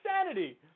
insanity